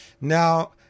Now